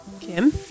Kim